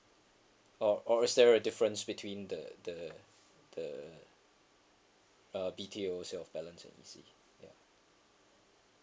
or or is there a difference between the the the uh B_T_O's and E_C yeah